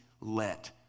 let